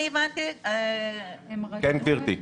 כן, גברתי.